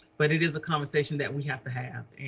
but it is a conversation that we have to have,